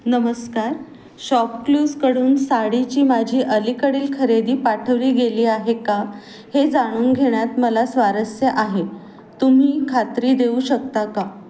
नमस्कार शॉपक्लूजकडून साडीची माझी अलीकडील खरेदी पाठवली गेली आहे का हे जाणून घेण्यात मला स्वारस्य आहे तुम्ही खात्री देऊ शकता का